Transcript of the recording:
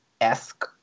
esque